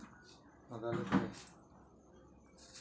ಒಂದ್ ಎಕರೆಗೆ ಎಷ್ಟ ಗೊಬ್ಬರ ಹಾಕ್ಬೇಕ್?